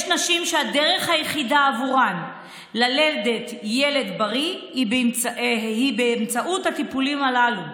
יש נשים שהדרך היחידה שלהן ללדת ילד בריא היא באמצעות הטיפולים הללו,